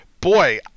boy